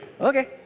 Okay